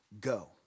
go